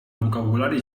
vocabulari